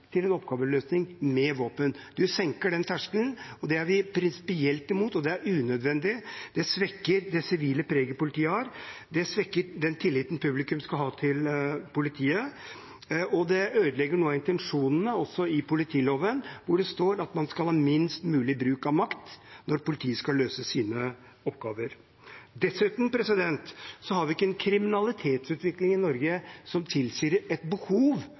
senker den terskelen, og det er vi prinsipielt imot. Det er unødvendig. Det svekker det sivile preget politiet har, det svekker den tilliten publikum skal ha til politiet, og det ødelegger noen av intensjonene i politiloven, hvor det står at det skal være minst mulig bruk av makt når politiet skal løse sine oppgaver. Dessuten har vi ikke en kriminalitetsutvikling i Norge som tilsier et behov